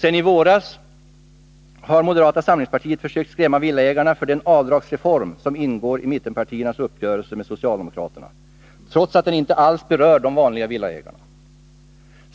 Sedan i våras har moderata samlingspartiet försökt skrämma villaägarna för den avdragsreform som ingår i mittenpartiernas uppgörelse med socialdemokraterna, trots att den inte alls berör de vanliga villaägarna.